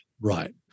Right